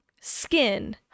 skin